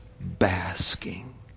basking